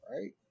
Right